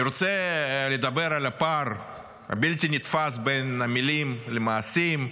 אני רוצה לדבר על הפער הבלתי-נתפס בין המילים למעשים,